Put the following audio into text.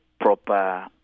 proper